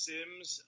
Sims